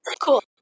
Cool